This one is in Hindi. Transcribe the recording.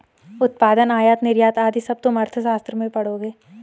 उत्पादन, आयात निर्यात आदि सब तुम अर्थशास्त्र में पढ़ोगे